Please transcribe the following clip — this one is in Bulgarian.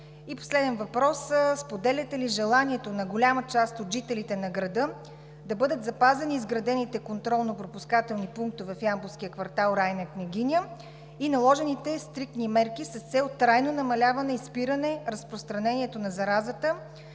Последен въпрос: споделяте ли желанието на голяма част от жителите на града да бъдат запазени изградените контролно-пропускателни пунктове в ямболския квартал „Райна Княгиня“ и наложените стриктни мерки с цел трайно намаляване и спиране на разпространението на заразата?